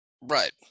Right